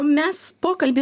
mes pokalbį